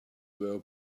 were